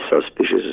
suspicious